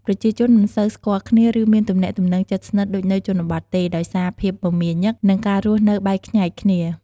ប្រជាជនមិនសូវស្គាល់គ្នា ឬមានទំនាក់ទំនងជិតស្និទ្ធដូចនៅជនបទទេ ដោយសារភាពមមាញឹក និងការរស់នៅបែកខ្ញែកគ្នា។